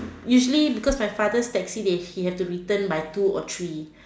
usually because my father's taxi they he have to return by two or three